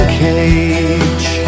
cage